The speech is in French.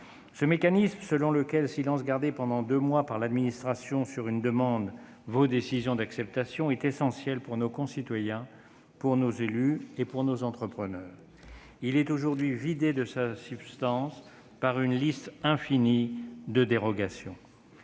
Ce mécanisme, selon lequel silence gardé pendant deux mois par l'administration sur une demande vaut décision d'acceptation, est essentiel pour nos concitoyens, nos élus et nos entrepreneurs. Il est aujourd'hui vidé de sa substance par une liste infinie de dérogations.